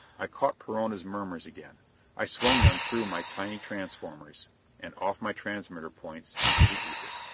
i caught perona's murmurs again i swung them through my tiny transformers and off my transmitter points into the ether.